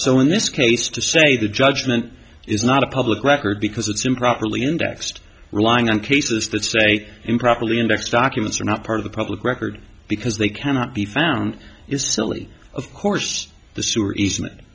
so in this case to say the judgement is not a public record because it's improperly indexed relying on cases that say improperly indexed documents are not part of the public record because they cannot be found is simply of course the sewer eas